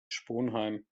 sponheim